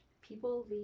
people